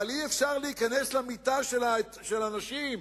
אבל אי-אפשר להיכנס למיטה של האנשים.